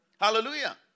Hallelujah